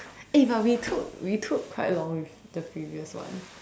eh but we took we took quite long with the previous one